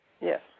Yes